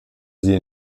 sie